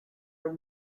are